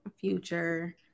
Future